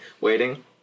Waiting